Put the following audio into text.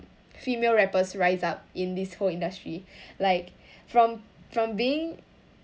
female rappers rise up in this whole industry like from from being